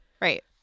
Right